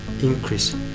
increase